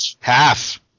Half